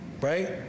right